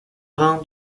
rhin